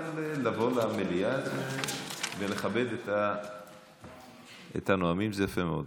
אבל לבוא למליאה ולכבד את הנואמים זה יפה מאוד.